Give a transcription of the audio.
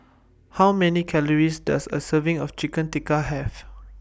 How Many Calories Does A Serving of Chicken Tikka Have